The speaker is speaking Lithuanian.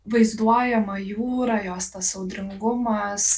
vaizduojama jūra jos tas audringumas